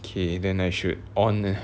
okay then I should on air